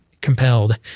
compelled